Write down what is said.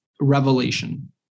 revelation